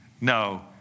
No